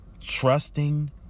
Trusting